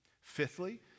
Fifthly